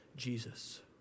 Jesus